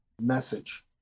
message